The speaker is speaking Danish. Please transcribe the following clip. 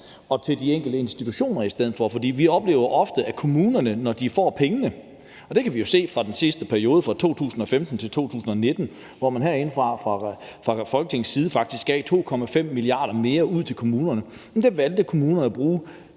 og de enkelte institutioner i stedet for, for vi oplever ofte, at kommunerne, når de får pengene, bruger dem, som vi så det i den sidste periode fra 2015 til 2019, hvor man herinde fra Folketingets side faktisk gav 2,5 mia. kr. mere ud til kommunerne. Der valgte kommunerne at bruge